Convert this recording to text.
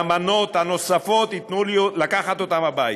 סובלנות וקבלת האחר.